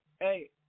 Hey